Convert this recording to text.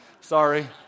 Sorry